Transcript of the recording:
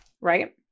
right